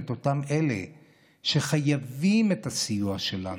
למען אלה שחייבים את הסיוע שלנו,